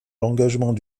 l’engagement